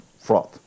fraud